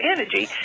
Energy